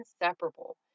inseparable